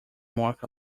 mock